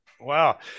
Wow